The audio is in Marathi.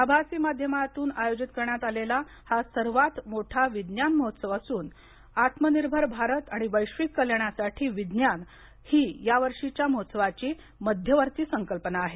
आभासी माध्यमातून आयोजित करण्यात आलेला हा सर्वात मोठा विज्ञान महोत्सव असून आत्मनिर्भर भारत आणि वैश्विक कल्याणासाठी विज्ञान हि यावर्षीच्या महोत्सवाची मध्यवर्ती संकल्पना आहे